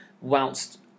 whilst